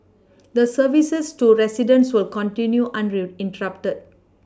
the services to residents will continue uninterrupted